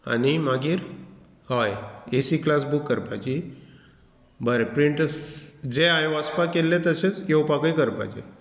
आनी मागीर हय एसी क्लास बूक करपाची बरें प्रिंट जे हांयेन वचपाक केल्ले तशेंच येवपाकय करपाचें